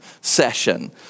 session